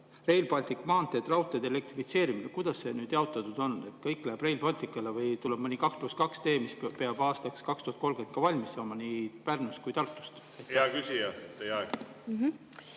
Rail Baltic, maanteed, raudteede elektrifitseerimine. Kuidas see nüüd jaotatud on? Kas kõik läheb Rail Balticule või tuleb mõni 2 + 2 tee, mis peab aastaks 2030 ka valmis saama nii Pärnust kui ka Tartust? Heiki